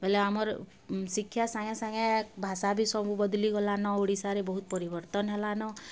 ବେଲେ ଆମର୍ ଶିକ୍ଷା ସାଙ୍ଗେ ସାଙ୍ଗେ ଭାଷା ବି ସବୁ ବଦ୍ଲିଗଲାନ ଓଡ଼ିଶାରେ ବହୁତ୍ ପରିବର୍ତ୍ତନ୍ ହେଲାନ